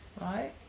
right